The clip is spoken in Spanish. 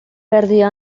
perdió